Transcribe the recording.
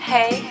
Hey